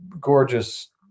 gorgeous